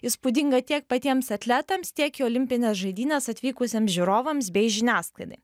įspūdinga tiek patiems atletams tiek į olimpines žaidynes atvykusiems žiūrovams bei žiniasklaidai